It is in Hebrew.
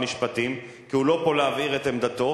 המשפטים כי הוא לא נמצא פה להבהיר את עמדתו.